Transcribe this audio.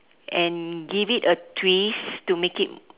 and give it a twist to make it